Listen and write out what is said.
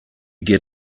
get